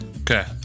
Okay